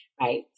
right